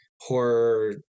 horror